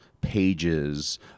pages